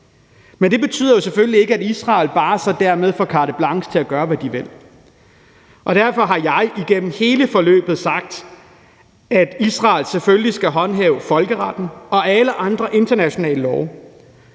Men det betyder jo selvfølgelig ikke, at Israel bare dermed får carte blanche til at gøre, hvad de vil. Derfor har jeg igennem hele forløbet sagt, at Israel selvfølgelig skal overholde folkeretten og alle andre internationale love,